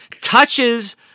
touches